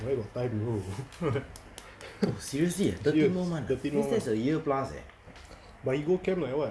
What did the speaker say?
where got time to go serious thirteen more month but he go camp like that